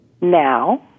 now